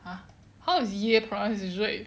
!huh! how is ya pronounced as 睿